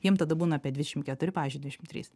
jiem tada būna apie dvidešimt keturi pavyzdžiui dvidešimt trys